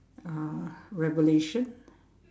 uh revelation